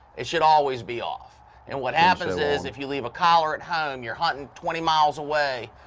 it should always be off and what happens is if you leave a collar at home you're hunting twenty miles away.